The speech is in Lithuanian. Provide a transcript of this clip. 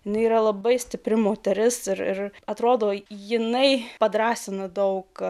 jinai yra labai stipri moteris ir atrodo jinai padrąsina daug